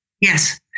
Yes